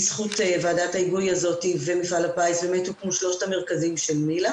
בזכות ועדת ההיגוי הזאת ומפעל הפיס באמת הוקמו שלושת המרכזים של מיל"ה